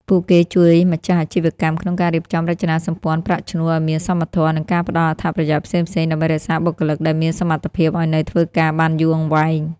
ពួកគេជួយម្ចាស់អាជីវកម្មក្នុងការរៀបចំរចនាសម្ព័ន្ធប្រាក់ឈ្នួលឱ្យមានសមធម៌ និងការផ្ដល់អត្ថប្រយោជន៍ផ្សេងៗ ដើម្បីរក្សាបុគ្គលិកដែលមានសមត្ថភាពឱ្យនៅធ្វើការបានយូរអង្វែង។